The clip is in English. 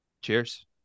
Cheers